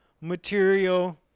material